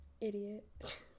Idiot